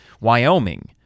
Wyoming